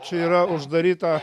čia yra uždaryta